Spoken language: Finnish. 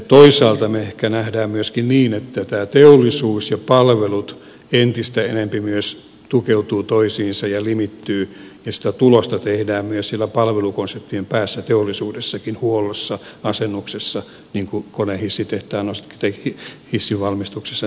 toisaalta me näemme ehkä myöskin niin että tämä teollisuus ja palvelut entistä enempi myös tukeutuvat toisiinsa ja limittyvät ja sitä tulosta tehdään myös siellä palvelukonseptien päässä teollisuudessakin huollossa asennuksessa niin kuin koneen hissinvalmistuksessa nyt tiedetään